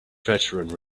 veteran